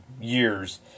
years